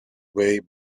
way